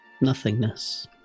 nothingness